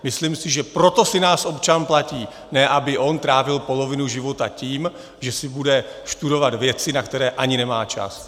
Myslím si, že proto si nás občan platí, ne aby on trávil polovinu života tím, že si bude studovat věci, na které ani nemá čas.